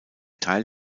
teil